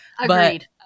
Agreed